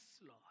Lord